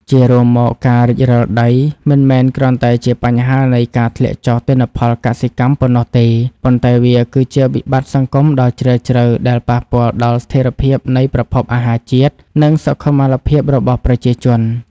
ជារួមមក ការរិចរឹលដីមិនមែនគ្រាន់តែជាបញ្ហានៃការធ្លាក់ចុះទិន្នផលកសិកម្មប៉ុណ្ណោះទេ ប៉ុន្តែវាគឺជាវិបត្តិសង្គមដ៏ជ្រាលជ្រៅដែលប៉ះពាល់ដល់ស្ថិរភាពនៃប្រភពអាហារជាតិ និងសុខុមាលភាពរបស់ប្រជាជន។